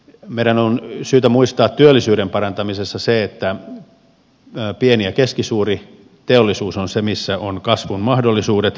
meidän on syytä muistaa työllisyyden parantamisessa se että pieni ja keskisuuri teollisuus on se missä on kasvun mahdollisuudet